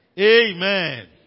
Amen